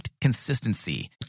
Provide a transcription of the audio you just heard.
consistency